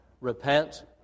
repent